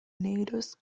negros